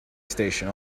station